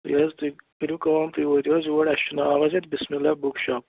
یہِ حظ تُہۍ کٔرِو کٲم تُہۍ وٲتِو حظ یور اَسہِ چھُ ناو حظ یَتھ بِسمہِ اللہ بُک شاپ